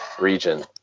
region